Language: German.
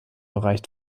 reicht